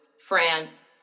France